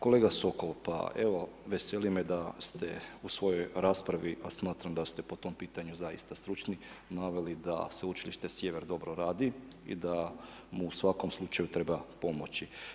Kolega Sokol, pa evo veseli me da ste u svojoj raspravi, a smatram da ste po tom pitanju zaista stručni, naveli da Sveučilište Sjever dobro radi i da mu u svakom slučaju treba pomoći.